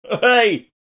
Hey